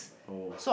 oh